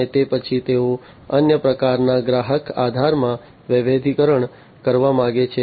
અને તે પછી તેઓ અન્ય પ્રકારના ગ્રાહક આધારમાં વૈવિધ્યીકરણ કરવા માંગે છે